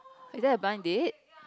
I did a blink date